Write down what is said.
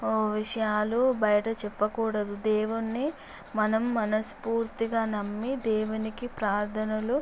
విషయాలు బయట చెప్పకూడదు దేవుణ్ణి మనం మనస్ఫూర్తిగా నమ్మి దేవునికి ప్రార్ధనలు